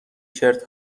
شرت